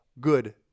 good